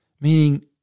meaning